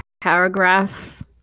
paragraph